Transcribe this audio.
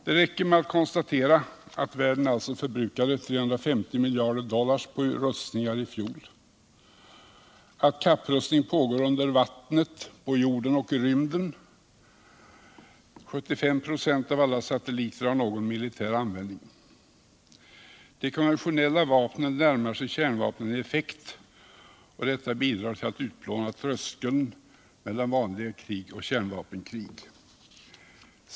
Det räcker att konstatera att världen förbrukade 360 mitjarder dollar på rustningar i fjol och att kapprusining pågår under vattnet, på jorden och i rymden — 75 ”, av alla satelliter har någon militär användning. De konventionella vapnen närmar sig kärnvapnen i effekt, och detta bidrar till att utplåna tröskeln mellan vanliga krig och kärnvapenkrig.